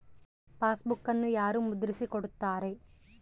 ಪಾಸ್ಬುಕನ್ನು ಯಾರು ಮುದ್ರಿಸಿ ಕೊಡುತ್ತಾರೆ?